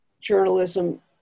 journalism